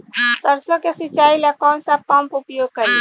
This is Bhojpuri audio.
सरसो के सिंचाई ला कौन सा पंप उपयोग करी?